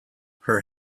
her